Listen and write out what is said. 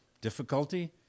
difficulty